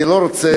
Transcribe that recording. אני לא רוצה,